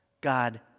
God